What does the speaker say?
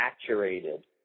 saturated